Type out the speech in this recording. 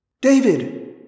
David